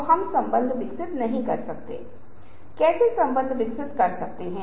तो आइए इस अंक को थोड़ा और विस्तृत बनाने के लिए दो विज्ञापनों का केस स्टडी करते हैं